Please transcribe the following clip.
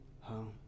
home